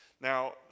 Now